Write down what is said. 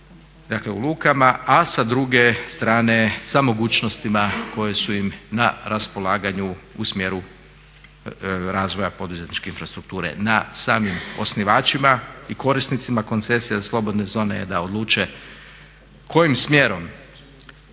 dakle u lukama, a sa druge strane sa mogućnostima koje su im na raspolaganju u smjeru razvoja poduzetničke infrastrukture. Na samim osnivačima i korisnicima koncesija slobodne zone je da odluče kojim smjerom